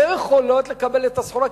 לא יכולות לקבל את הסחורה,